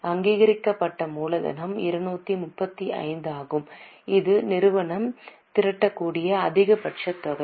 அங்கீகரிக்கப்பட்ட மூலதனம் 235 ஆகும் இது நிறுவனம் திரட்டக்கூடிய அதிகபட்ச தொகை